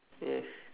yes